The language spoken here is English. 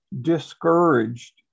discouraged